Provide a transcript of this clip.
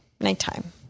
Nighttime